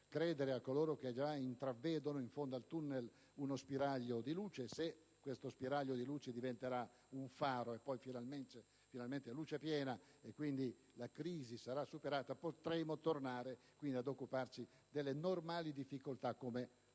credere a coloro che già intravedono in fondo al tunnel uno spiraglio di luce, se questo spiraglio diventerà un faro e poi finalmente luce piena e la crisi sarà superata, spero solo che potremo tornare ad occuparci delle normali difficoltà che